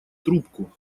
трубку